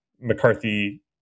McCarthy